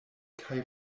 kaj